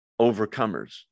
overcomers